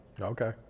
Okay